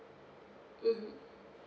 mmhmm